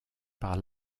par